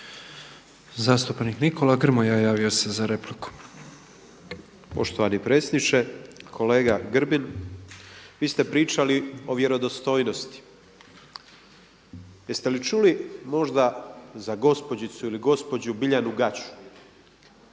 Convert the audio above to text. Zastupnik Nikola Grmoja javio se za repliku. **Grmoja, Nikola (MOST)** Poštovani predsjedniče, kolega Grbin vi ste pričali o vjerodostojnosti jeste li čuli možda za gospođicu ili gospođu Biljanu Gaču?